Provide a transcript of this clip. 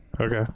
Okay